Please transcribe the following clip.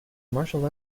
martial